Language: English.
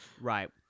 right